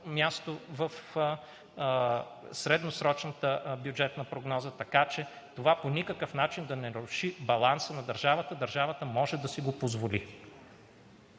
място в средносрочната бюджетна прогноза, така че това по никакъв начин да не наруши баланса на държавата. Държавата може да си го позволи.